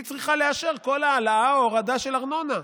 והיא צריכה לאשר כל העלאה או הורדה של ארנונה.